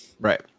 right